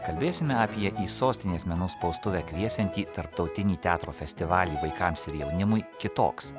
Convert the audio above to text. kalbėsime apie sostinės menų spaustuvę kviesiantį tarptautinį teatro festivalį vaikams ir jaunimui kitoks